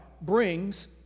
brings